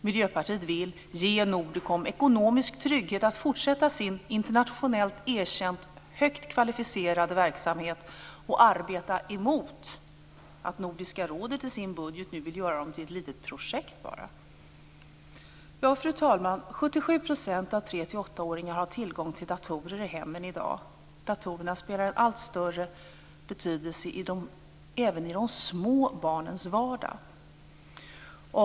Miljöpartiet vill ge Nordicom ekonomisk trygghet att fortsätta sin internationellt erkänt högt kvalificerade verksamhet, och vi vill arbeta mot att Nordiska rådet vill göra Nordicom till ett projekt i budgeten. Fru talman! 77 % av 3-8-åringarna har tillgång till datorer i hemmen i dag. Datorerna har en allt större betydelse även i de små barnens vardag.